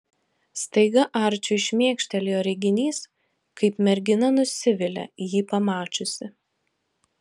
staiga arčiui šmėkštelėjo reginys kaip mergina nusivilia jį pamačiusi